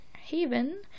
Haven